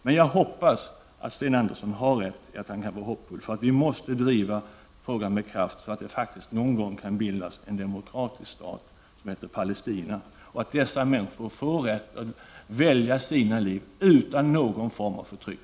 Men jag hoppas att Sten Andersson har rätt när han säger att han kan vara hoppfull. Vi måste driva frågan med kraft, så att det faktiskt kan bildas en demokratisk stat som heter Palestina och att dessa människor får rätt att styra över sina liv utan någon form av förtryck.